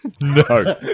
No